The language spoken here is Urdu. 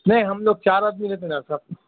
نہیں ہم لوگ چار آدمی رہتے نا صاحب